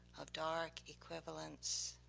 of dark equivalence,